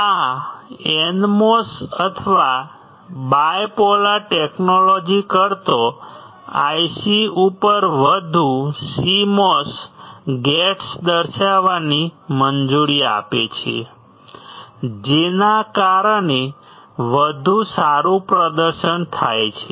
આ NMOS અથવા bipolar technology કરતાં IC ઉપર વધુ CMOS ગેટ્સ દર્શાવવાની મંજૂરી આપે છે જેના કારણે વધુ સારું પ્રદર્શન થાય છે